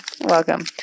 welcome